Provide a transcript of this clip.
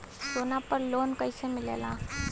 सोना पर लो न कइसे मिलेला?